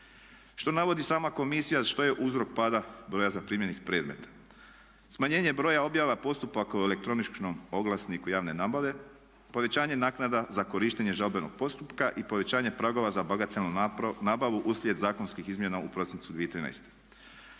Što navodi sama komisija što je uzrok pada broja zaprimljenih predmeta? Smanjenje broja objava postupaka u elektroničkom oglasniku javne nabave, povećanje naknada za korištenje žalbenog postupka i povećanje pragova za bagatelnu nabavu uslijed zakonskih izmjena u prosincu 2013.